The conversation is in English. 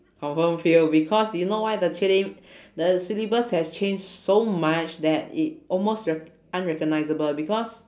confirm fail because you know why the the syllabus has changed so much that it almost rec~ unrecognizable because